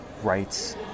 Rights